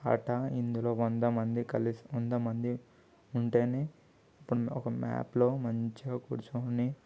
ఆట ఇందులో వంద మంది కలిసి వంద మంది ఉంటేనే ఇప్పుడు ఒక మ్యాప్లో మంచిగా కూర్చొని